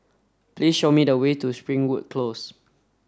please show me the way to Springwood Close